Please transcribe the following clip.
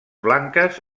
blanques